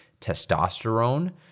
testosterone